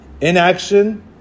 Inaction